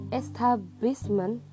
establishment